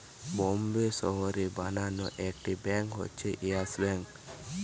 বোম্বের শহরে বানানো একটি ব্যাঙ্ক হচ্ছে ইয়েস ব্যাঙ্ক